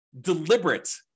deliberate